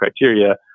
criteria